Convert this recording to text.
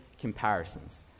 comparisons